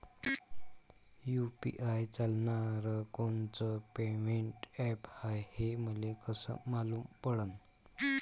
UPI चालणारं कोनचं payment app हाय, हे मले कस मालूम पडन?